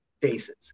faces